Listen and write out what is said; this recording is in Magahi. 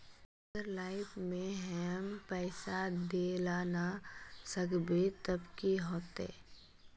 अगर लाइफ में हैम पैसा दे ला ना सकबे तब की होते?